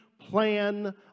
plan